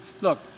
Look